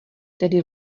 tedy